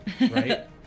Right